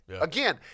Again